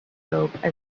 telescope